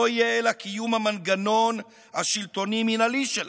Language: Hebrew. לא יהיה אלא קיום המנגנון השלטוני-מינהלי שלה.